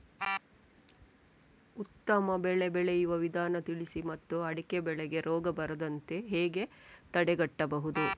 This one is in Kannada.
ಉತ್ತಮ ಬೆಳೆ ಬೆಳೆಯುವ ವಿಧಾನ ತಿಳಿಸಿ ಮತ್ತು ಅಡಿಕೆ ಬೆಳೆಗೆ ರೋಗ ಬರದಂತೆ ಹೇಗೆ ತಡೆಗಟ್ಟಬಹುದು?